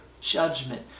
judgment